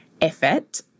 effort